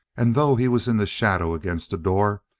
and though he was in the shadow against the door,